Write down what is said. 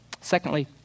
Secondly